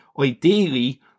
Ideally